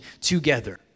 together